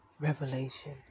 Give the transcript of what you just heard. revelation